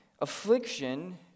Affliction